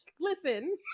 listen